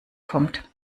kommt